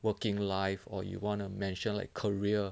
working life or you want to mentioned like career